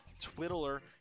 twiddler